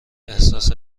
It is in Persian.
احساس